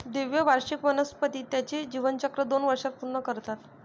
द्विवार्षिक वनस्पती त्यांचे जीवनचक्र दोन वर्षांत पूर्ण करतात